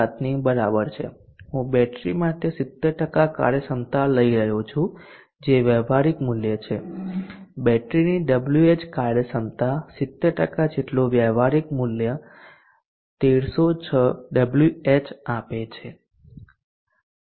7 ની બરાબર છે હું બેટરી માટે 70 કાર્યક્ષમતા લઈ રહ્યો છું જે વ્યવહારિક મૂલ્ય છે બેટરીની Wh કાર્યક્ષમતા 70 જેટલું વ્યવહારિક મૂલ્ય ૧૩૦૬Wh આપે છે